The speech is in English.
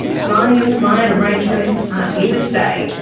fly-in, fly-out arrangements are here to stay,